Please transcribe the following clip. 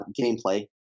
gameplay